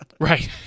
Right